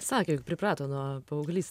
sakė juk priprato nuo paauglys